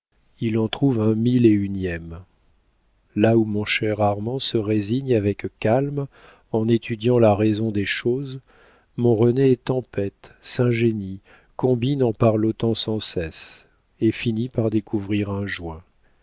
il en trouve un mille et unième là où mon cher armand se résigne avec calme en étudiant la raison des choses mon rené tempête s'ingénie combine en parlottant sans cesse et finit par découvrir un joint